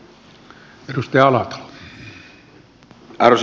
arvoisa puhemies